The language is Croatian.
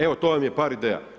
Evo to vam je par ideja.